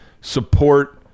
Support